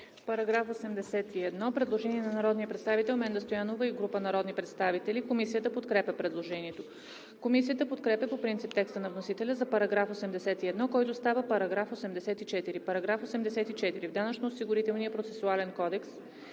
По § 81 има предложение на народния представител Менда Стоянова и група народни представители. Комисията подкрепя предложението. Комисията подкрепя по принцип текста на вносителя за § 81, който става § 84: „§ 84. В Данъчно-осигурителния процесуален кодекс